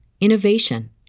innovation